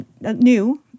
new